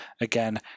again